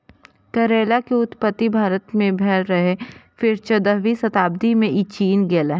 करैला के उत्पत्ति भारत मे भेल रहै, फेर चौदहवीं शताब्दी मे ई चीन गेलै